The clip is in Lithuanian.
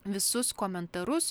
visus komentarus